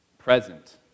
present